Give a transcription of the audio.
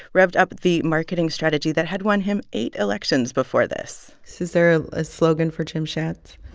revved up the marketing strategy that had won him eight elections before this so is there a slogan for jim schatz?